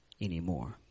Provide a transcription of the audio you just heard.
anymore